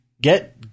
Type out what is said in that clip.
get